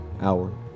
Hour